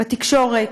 בתקשורת,